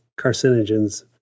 carcinogens